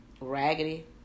raggedy